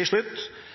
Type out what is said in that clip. Til slutt